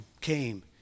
came